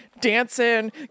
dancing